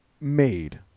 made